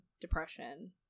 depression